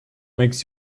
makes